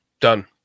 Done